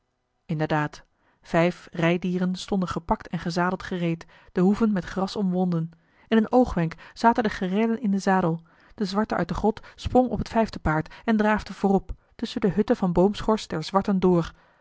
inderdaad vijf rijdieren stonden gepakt en gezadeld gereed de hoeven met gras omwonden in een oogwenk zaten de geredden in eli heimans willem roda den zadel de zwarte uit de grot sprong op het vijfde paard en draafde voorop tusschen de hutten van boomschors der zwarten door